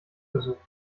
besucht